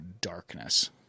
darkness